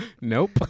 Nope